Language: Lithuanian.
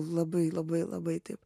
labai labai labai taip